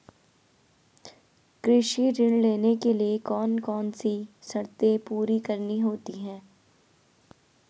कृषि ऋण लेने के लिए कौन कौन सी शर्तें पूरी करनी होती हैं?